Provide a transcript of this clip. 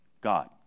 God